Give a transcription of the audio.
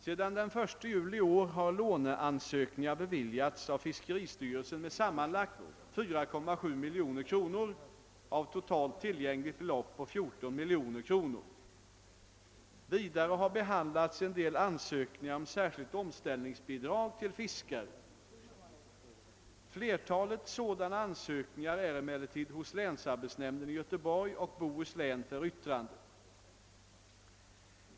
Sedan den 1 juli i år har låneansökningar beviljats av fiskeristyrelsen med sammanlagt 4,7 milj.kr. av totalt tillgängligt belopp på 14 milj.kr. Vidare har behandlats en del ansökningar om särskilt omställningsbidrag till fiskare. Flertalet sådana ansökningar är emellertid hos länsarbetsnämnden i Göteborgs och Bohus län för yttrande.